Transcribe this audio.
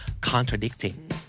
Contradicting